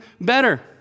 better